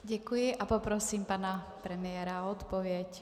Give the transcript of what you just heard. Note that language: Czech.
Děkuji a poprosím pana premiéra o odpověď.